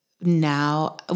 now